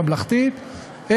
ממלכתית,